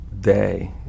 day